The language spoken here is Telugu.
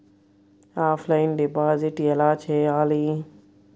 ఆఫ్లైన్ డిపాజిట్ ఎలా చేయాలి?